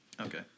Okay